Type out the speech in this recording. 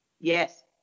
yes